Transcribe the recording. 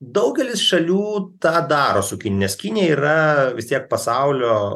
daugelis šalių tą daro su kinija nes kinija yra vis tiek pasaulio